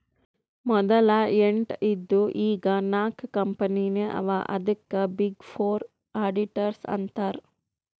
ಮದಲ ಎಂಟ್ ಇದ್ದು ಈಗ್ ನಾಕ್ ಕಂಪನಿನೇ ಅವಾ ಅದ್ಕೆ ಬಿಗ್ ಫೋರ್ ಅಡಿಟರ್ಸ್ ಅಂತಾರ್